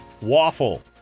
Waffle